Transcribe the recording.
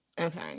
okay